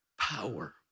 power